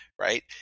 right